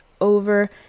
over